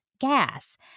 gas